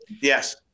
Yes